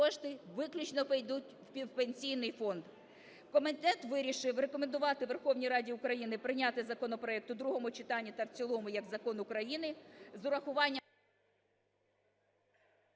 Комітет вирішив рекомендувати Верховній Раді України прийняти законопроект в другому читанні та в цілому як закон України, з урахуванням…